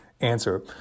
answer